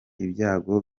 ibyago